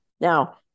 Now